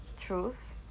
truth